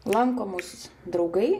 lanko mus draugai